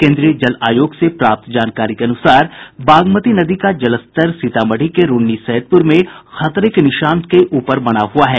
केन्द्रीय जल आयोग से प्राप्त जानकारी के अनुसार बागमती नदी का जलस्तर सीतामढ़ी के रून्नीसैदपुर में खतरे के निशान के ऊपर बना हुआ है